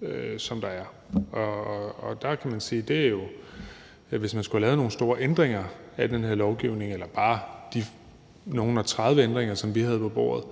hvis man skulle have lavet nogle store ændringer af den her lovgivning eller bare de nogle og tredive ændringer, som vi havde på bordet,